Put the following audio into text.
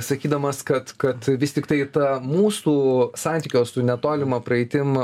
sakydamas kad kad vis tiktai ta mūsų santykio su netolima praeitim